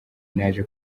naje